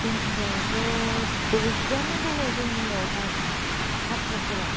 जोंनियावथ' दजिआनो दङ जोंनियावहाय साथ्र'फोरा